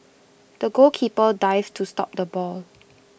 the goalkeeper dived to stop the ball